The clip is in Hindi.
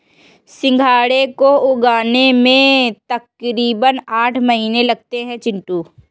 सिंघाड़े को उगने में तकरीबन आठ महीने लगते हैं चिंटू